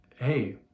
hey